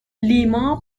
لیما